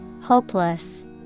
hopeless